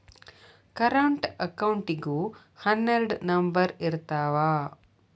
current ಅಕೌಂಟಿಗೂ ಹನ್ನೆರಡ್ number ಇರ್ತಾವ